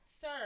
sir